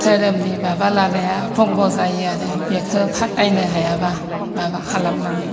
धोरोमनि माबा लानाया भंग' जायो आरो बेखौ फाथायनो हायाब्ला माबा खालामनानै